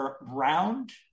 round